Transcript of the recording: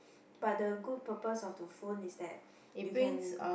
but the good purpose of the phone is that you can